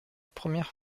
première